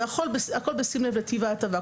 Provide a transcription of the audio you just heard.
והכול בשים לב לטיב ההטבה.